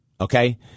Okay